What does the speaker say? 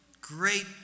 Great